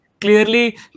Clearly